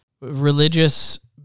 religious –